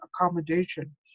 accommodation